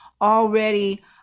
already